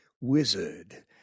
wizard